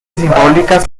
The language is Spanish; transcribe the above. simbólicas